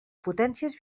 potències